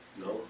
No